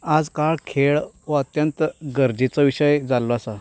आयज काल खेळ हो अत्यंत गरजेचो विशय जाल्लो आसा